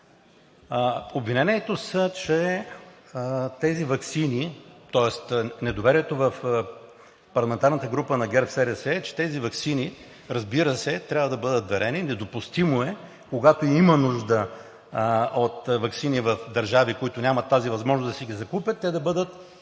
обвиненията са, че тези ваксини, тоест недоверието в парламентарната група на ГЕРБ-СДС е, че тези ваксини, разбира се, трябва да бъдат дарени. Недопустимо е, когато има нужда от ваксини в държави, които нямат тази възможност да си ги закупят, те да не бъдат